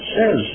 says